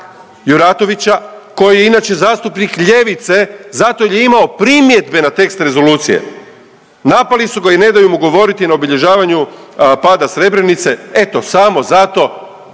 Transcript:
Juratovića, koji je inače zastupnik ljevice zato jer je imao primjedbe na tekst rezolucije. Napali su ga i ne daju mu govoriti na obilježavanju pada Srebrenice. Eto, samo zato